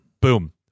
Boom